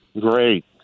Great